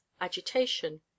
agitation